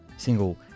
Single